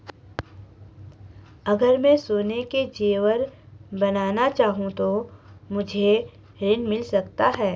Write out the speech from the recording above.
अगर मैं सोने के ज़ेवर बनाना चाहूं तो मुझे ऋण मिल सकता है?